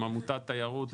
אם עמותת תיירות,